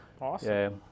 Awesome